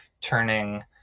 turning